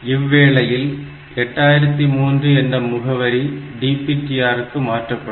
இவ்வேளையில் 8003 என்ற முகவரி DPTR க்கு மாற்றப்படும்